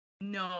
no